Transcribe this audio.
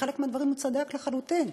בחלק מהדברים הוא צדק לחלוטין.